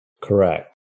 Correct